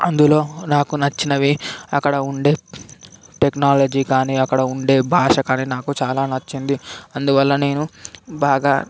అందులో నాకు నచ్చినవి అక్కడ ఉండే టెక్నాలజీ కానీ అక్కడ ఉండే భాష కానీ నాకు చాలా నచ్చింది అందువల్ల నేను బాగా